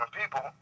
people